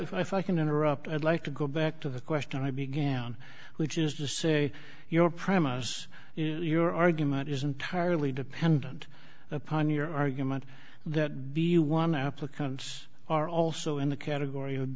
if i can interrupt i'd like to go back to the question i began which is to say your premises your argument is entirely dependent upon your argument that the one applicants are also in the category wou